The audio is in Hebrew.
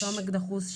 סומק דחוס,